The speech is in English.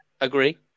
agree